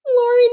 Lauren